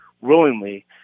willingly